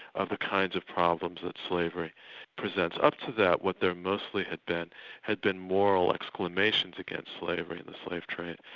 other kinds of problems that slavery presents. up to that, what there mostly had been had been moral exclamations against slavery and the slave trade,